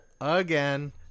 Again